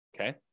okay